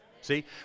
See